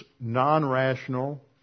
non-rational